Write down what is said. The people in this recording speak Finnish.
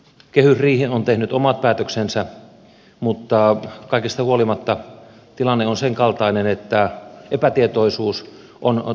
kehysriihi on tehnyt omat päätöksensä mutta kaikesta huolimatta tilanne on senkaltainen että epätietoisuus on todellakin suuri